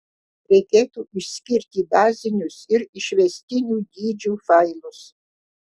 reikėtų išskirti bazinius ir išvestinių dydžių failus